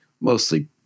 mostly